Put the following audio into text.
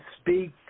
speak